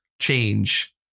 change